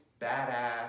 badass